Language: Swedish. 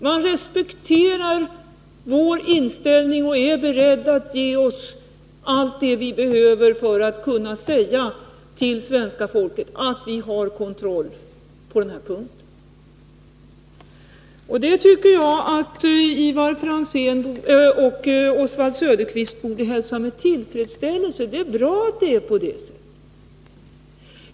Man respekterar vår inställning och är beredd att ge oss allt det vi behöver för att kunna säga till svenska folket att vi har kontroll på den här punkten. Detta tycker jag att Ivar Franzén och Oswald Söderqvist borde hälsa med tillfredsställelse. Det är bra att det är på det sättet.